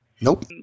Nope